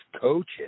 coaches